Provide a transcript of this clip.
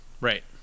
right